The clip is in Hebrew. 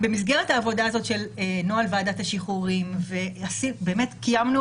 במסגרת העבודה הזאת של נוהל ועדת השחרורים באמת קיימנו